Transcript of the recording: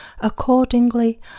Accordingly